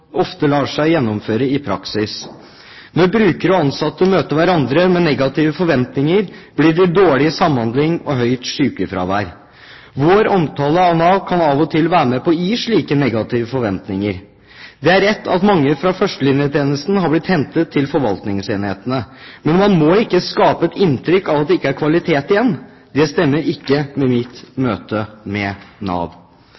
ofte lar seg gjennomføre i praksis. Når brukere og ansatte møter hverandre med negative forventninger, blir det dårlig samhandling og høyt sykefravær. Vår omtale av Nav kan av og til være med på å gi slike negative forventninger. Det er rett at mange fra førstelinjetjenesten har blitt hentet til forvaltningsenhetene, men man må ikke skape et inntrykk av at det ikke er kvalitet igjen. Det stemmer ikke med mitt